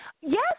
Yes